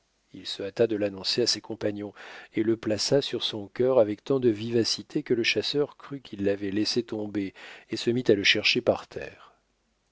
il se hâta de l'annoncer à ses compagnons et le plaça sur son cœur avec tant de vivacité que le chasseur crut qu'il l'avait laissé tomber et se mit à le chercher par terre